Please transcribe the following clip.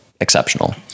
exceptional